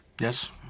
yes